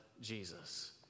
Jesus